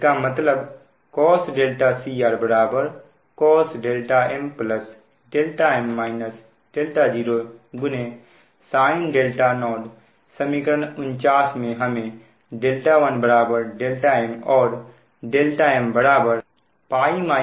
इसका मतलब cos cr cos m δm -0sin 0 समीकरण 49 में हम 1 δm और δm π 0रख रहे हैं